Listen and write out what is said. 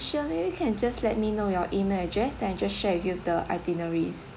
sure maybe you can just let me know your email address then I just share with you the itineraries